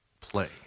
play